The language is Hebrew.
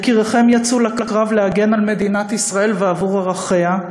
יקירכם יצאו לקרב להגן על מדינת ישראל ועבור ערכיה,